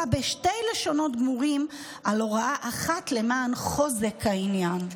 בשתי לשונות גמורים על הוראה אחת למען חוזק העניין".